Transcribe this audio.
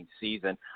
season